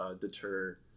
deter